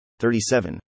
37